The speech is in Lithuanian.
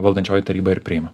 valdančioji taryba ir priima